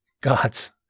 Gods